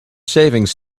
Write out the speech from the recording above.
savings